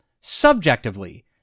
subjectively